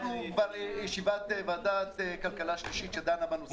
זהו כבר הדיון השלישי של ועדת הכלכלה בנושא הזה.